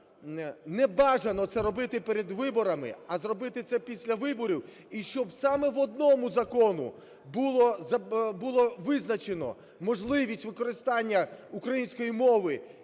не бажано це робити перед виборами, а зробити це після виборів, і щоб саме в одному законі було визначено можливість використання української мови